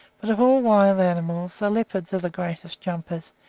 but of all wild animals, the leopards are the greatest jumpers,